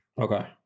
okay